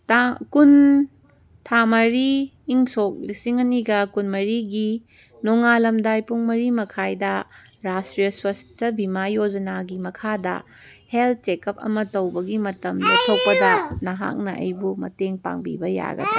ꯇꯥꯡ ꯀꯨꯟ ꯊꯥ ꯃꯔꯤ ꯏꯪ ꯁꯣꯛ ꯂꯤꯁꯤꯡ ꯑꯅꯤꯒ ꯀꯨꯟꯃꯔꯤꯒꯤ ꯅꯣꯡꯉꯥꯜꯂꯝꯗꯥꯏ ꯄꯨꯡ ꯃꯔꯤ ꯃꯈꯥꯏꯗ ꯔꯥꯁꯇ꯭ꯔꯤꯌꯥ ꯁ꯭ꯋꯥꯁꯇ ꯕꯤꯃꯥ ꯌꯣꯖꯅꯥꯒꯤ ꯃꯈꯥꯗ ꯍꯦꯜꯠ ꯆꯦꯀꯞ ꯑꯃ ꯇꯧꯕꯒꯤ ꯃꯇꯝ ꯂꯦꯞꯊꯣꯛꯄꯗ ꯅꯍꯥꯛꯅ ꯑꯩꯕꯨ ꯃꯇꯦꯡ ꯄꯥꯡꯕꯤꯕ ꯌꯥꯒꯗ꯭ꯔ